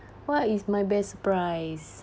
what is my best surprise